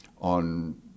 on